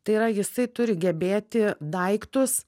tai yra jisai turi gebėti daiktus